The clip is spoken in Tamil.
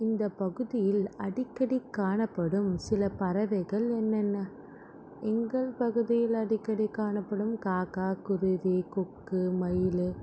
இந்த பகுதியில் அடிக்கடி காணப்படும் சில பறவைகள் என்னென்ன எங்கள் பகுதியில் அடிக்கடி காணப்படும் காக்கா குருவி கொக்கு மயில்